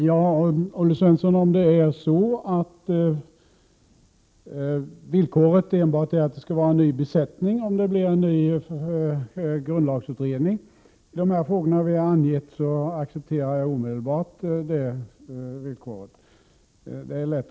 Herr talman! Om det är så, Olle Svensson, att villkoret enbart är att det skall vara en ny besättning för att det skall bli en ny grundlagberedning i de frågor som vi har angett, då accepterar jag omedelbart det villkoret — det är lätt.